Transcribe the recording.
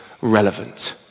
relevant